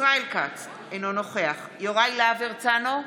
ישראל כץ, אינו נוכח יוראי להב הרצנו,